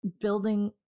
building